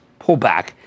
pullback